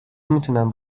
میتونم